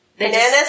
Bananas